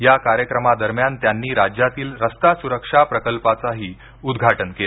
या कार्यक्रमादरम्यान त्यांनी राज्यातील रस्ता सुरक्षा प्रकल्पाचही उद्घाटन केलं